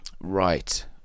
right